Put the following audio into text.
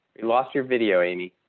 lost your video, amy.